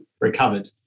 recovered